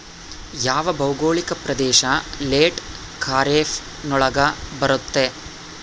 ಯಾವ ಭೌಗೋಳಿಕ ಪ್ರದೇಶ ಲೇಟ್ ಖಾರೇಫ್ ನೊಳಗ ಬರುತ್ತೆ?